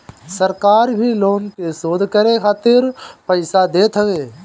सरकार भी लोग के शोध करे खातिर पईसा देत हवे